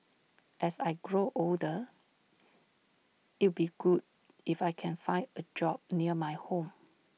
as I grow older it'd be good if I can find A job near my home